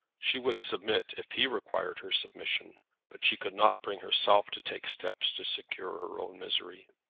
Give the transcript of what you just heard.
she would submit, if he required her submission but she could not bring herself to take steps to secure her own misery.